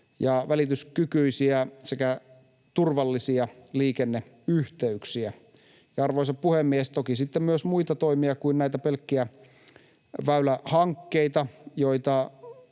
ja välityskykyisiä sekä turvallisia liikenneyhteyksiä. Arvoisa puhemies! Toki sitten tarvitaan myös muita toimia kuin näitä pelkkiä väylähankkeita, ja